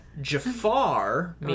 Jafar